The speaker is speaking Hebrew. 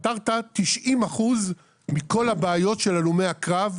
פתרת 90% מכל הבעיות של הלומי הקרב,